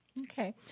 Okay